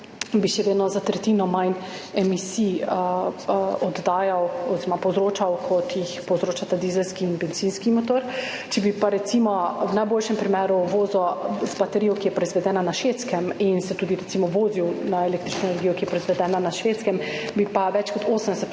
povzročal za tretjino manj emisij, kot jih povzročata dizelski in bencinski motor. Če bi pa recimo v najboljšem primeru vozil z baterijo, ki je proizvedena na Švedskem, in se tudi recimo vozil na električno energijo, ki je proizvedena na Švedskem, bi pa imel